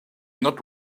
not